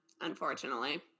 unfortunately